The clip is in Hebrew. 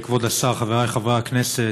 כבוד השר, חבריי חברי הכנסת,